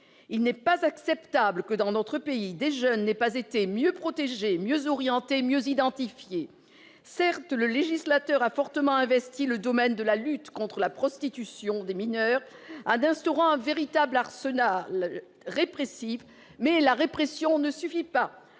Il n'est pas acceptable que, dans notre pays, des jeunes n'aient pas été mieux protégées, mieux orientées, mieux identifiées. Certes, le législateur a fortement investi le domaine de la lutte contre la prostitution des mineurs en instaurant un véritable arsenal répressif, mais la répression ne suffit pas.